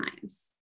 times